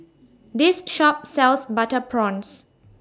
This Shop sells Butter Prawns